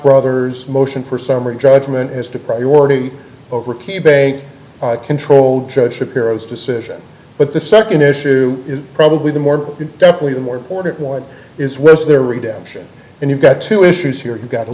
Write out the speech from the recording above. brothers motion for summary judgment as to priority over key bank control judge shapiro's decision but the second issue is probably the more definitely the more important one is was there redemption and you've got two issues here you've got a